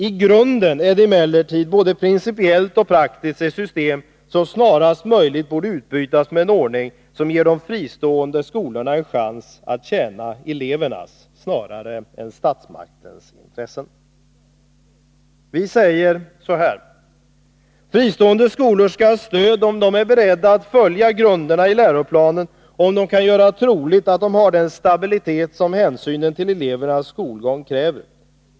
I grunden är det emellertid både principiellt och praktiskt ett system som snarast möjligt borde utbytas mot en ordning som ger de fristående skolorna en chans att tjäna elevernas, snarare än statsmaktens intressen. Vi säger så här: Fristående skolor skall ha stöd om de är beredda att följa grunderna i läroplanen och om de kan göra troligt att de har den stabilitet som hänsynen till elevernas skolgång kräver.